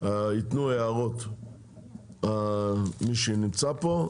יתנו הערות מי שנמצא פה,